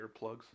earplugs